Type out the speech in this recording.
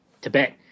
Tibet